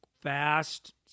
fast